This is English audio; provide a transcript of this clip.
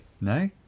no